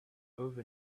over